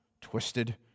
twisted